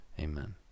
Amen